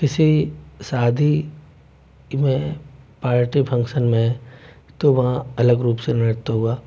किसी शादी में पार्टी फंक्शन में तो वहाँ अलग रूप से नृत्य हुआ